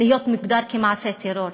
להיות מוגדר כמעשה טרור.